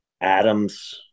Adam's